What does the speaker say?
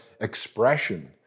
expression